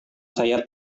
saya